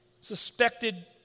suspected